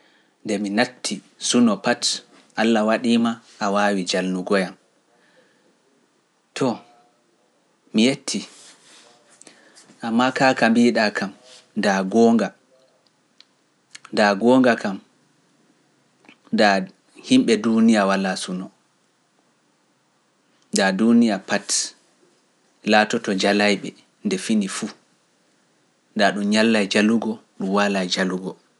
Nde mi natti sunoo pat alla waɗiima a waawi jalnugoyam, too mi yettii, ammaa kaa ka mbiiɗaa kam daa goonga, daa goonga kam, daa himɓe duuniya walaa sunoo, daa duuniya pat laatoto jalayɓe nde fini fu, daa ɗum ñallay jalugo ɗum waalay jalugo.